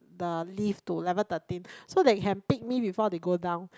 the lift to level thirteen so they can pick me before they go down